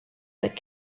that